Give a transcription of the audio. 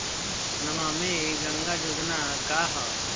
नमामि गंगा योजना का ह?